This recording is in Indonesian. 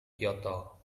kyoto